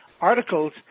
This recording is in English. Articles